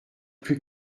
plus